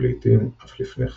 ולעיתים אף לפני כן.